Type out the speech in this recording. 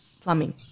plumbing